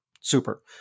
Super